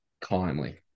kindly